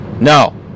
No